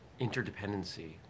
interdependency